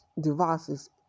devices